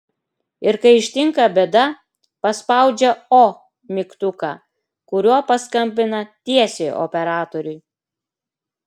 ir kai ištinka bėda paspaudžia o mygtuką kuriuo paskambina tiesiai operatoriui